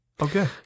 Okay